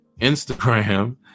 Instagram